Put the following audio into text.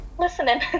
Listening